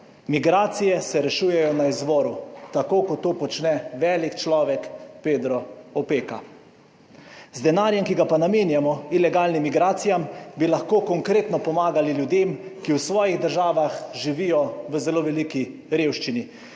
Migracije se rešujejo na izvoru, tako kot to počne velik človek, Pedro Opeka. Z denarjem, ki ga pa namenjamo ilegalnim migracijam, bi lahko konkretno pomagali ljudem, ki v svojih državah živijo v zelo veliki revščini.